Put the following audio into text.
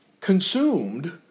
consumed